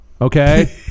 okay